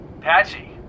Patchy